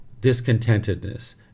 discontentedness